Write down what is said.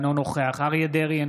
אינו נוכח אריה מכלוף דרעי,